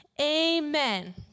Amen